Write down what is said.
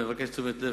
אני מבקש תשומת לב,